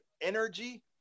energy